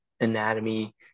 anatomy